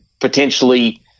potentially –